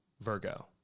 Virgo